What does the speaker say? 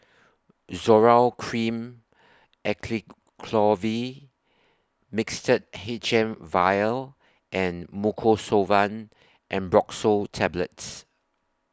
Zoral Cream Acyclovir Mixtard H M Vial and Mucosolvan Ambroxol Tablets